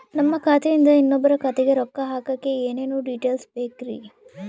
ನಮ್ಮ ಖಾತೆಯಿಂದ ಇನ್ನೊಬ್ಬರ ಖಾತೆಗೆ ರೊಕ್ಕ ಹಾಕಕ್ಕೆ ಏನೇನು ಡೇಟೇಲ್ಸ್ ಬೇಕರಿ?